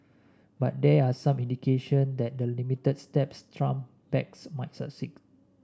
but there are some indication that the limited steps Trump backs might succeed